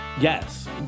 Yes